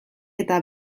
eta